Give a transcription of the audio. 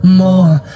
more